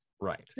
Right